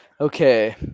Okay